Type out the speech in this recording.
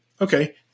okay